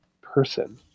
person